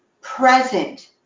present